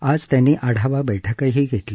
आज त्यांनी आढावा बैठकही घेतली